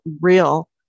real